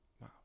Wow